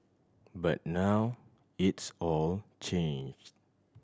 but now it's all changed